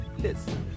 Listen